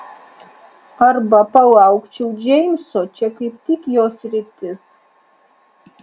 arba palaukčiau džeimso čia kaip tik jo sritis